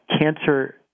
cancer